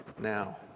now